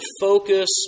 focus